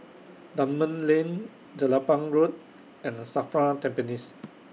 Dunman Lane Jelapang Road and SAFRA Tampines